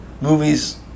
movies